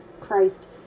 Christ